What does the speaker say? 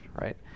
right